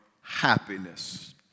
happiness